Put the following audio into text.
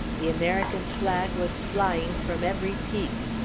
the american flag was flying from every peak.